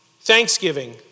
Thanksgiving